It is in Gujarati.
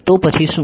તો પછી શું